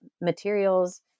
materials